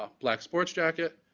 ah black sports jacket,